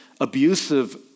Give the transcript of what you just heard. abusive